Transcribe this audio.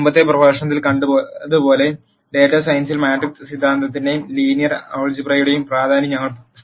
മുമ്പത്തെ പ്രഭാഷണത്തിൽ കണ്ടതുപോലെ ഡാറ്റാ സയൻസിൽ മാട്രിക്സ് സിദ്ധാന്തത്തിന്റെയും ലീനിയർ ആൾജിബ്രയുടെയും പ്രാധാന്യം ഞങ്ങൾ സ്ഥാപിച്ചു